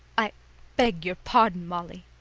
i beg your pardon, molly,